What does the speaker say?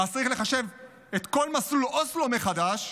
אז צריך לחשב את כל מסלול אוסלו מחדש,